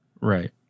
Right